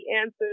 answers